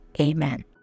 Amen